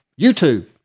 YouTube